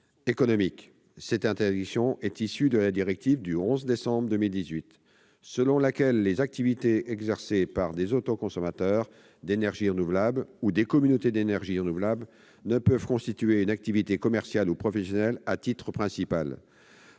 économique. Cette interdiction est issue de la directive du 11 décembre 2018, selon laquelle les activités exercées par des « autoconsommateurs d'énergie renouvelable » ou des « communautés d'énergie renouvelable » ne peuvent constituer une activité commerciale ou professionnelle à titre principal.